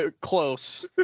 close